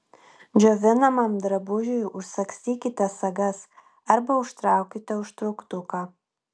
džiovinamam drabužiui užsagstykite sagas arba užtraukite užtrauktuką